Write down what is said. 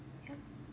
yup